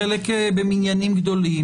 חלק במניינים גדולים,